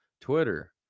twitter